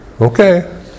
okay